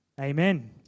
Amen